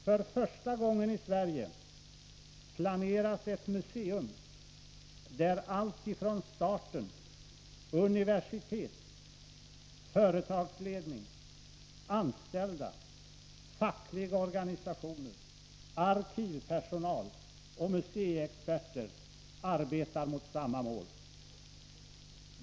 För första gången i Sverige planeras ett museum, där alltifrån starten universitet, företagsledning, anställda, fackliga organisationer, arkivpersonal och museiexperter arbetar mot samma mål.